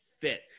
fit